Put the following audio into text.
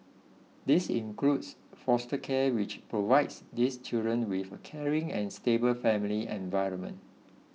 this includes foster care which provides these children with a caring and stable family environment